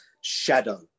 Shadow